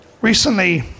Recently